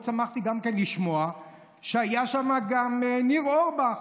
שמחתי לשמוע שהיה שם גם ניר אורבך,